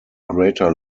greater